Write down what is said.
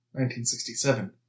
1967